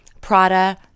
Prada